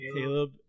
Caleb